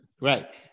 Right